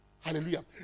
Hallelujah